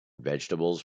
vegetables